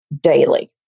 daily